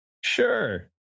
Sure